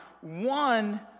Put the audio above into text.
One